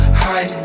high